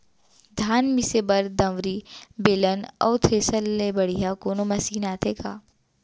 धान मिसे बर दंवरि, बेलन अऊ थ्रेसर ले बढ़िया कोनो मशीन आथे का?